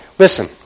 Listen